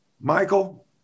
Michael